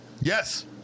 Yes